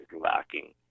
lacking